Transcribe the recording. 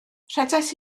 rhedais